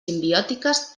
simbiòtiques